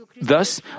Thus